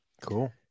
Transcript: Cool